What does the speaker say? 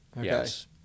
Yes